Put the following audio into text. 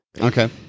Okay